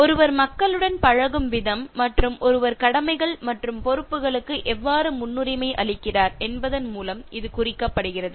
ஒருவர் மக்களுடன் பழகும் விதம் மற்றும் ஒருவர் கடமைகள் மற்றும் பொறுப்புகளுக்கு எவ்வாறு முன்னுரிமை அளிக்கிறார் என்பதன் மூலம் இது குறிக்கப்படுகிறது